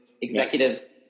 executives